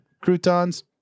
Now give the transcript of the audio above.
croutons